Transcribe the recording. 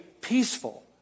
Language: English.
peaceful